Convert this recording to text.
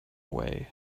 way